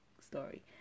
story